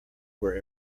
were